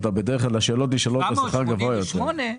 788?